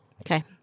Okay